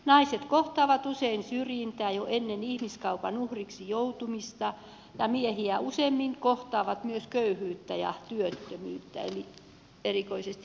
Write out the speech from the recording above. naiset kohtaavat usein syrjintää jo ennen ihmiskaupan uhriksi joutumista ja kohtaavat miehiä useammin myös köyhyyttä ja työttömyyttä erikoisesti lähtömaissa